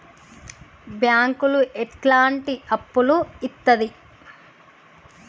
బ్యాంకులు ఎట్లాంటి అప్పులు ఇత్తది?